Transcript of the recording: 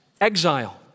exile